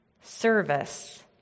service